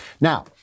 Now